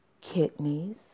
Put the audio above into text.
kidneys